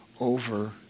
over